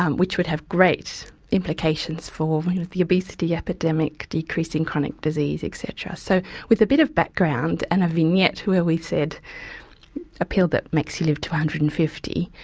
um which would have great implications for the obesity epidemic, decreasing chronic disease etc. so with a bit of background and a vignette where we said a pill that makes you live to one hundred and fifty,